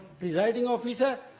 presiding officer,